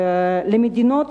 למדינות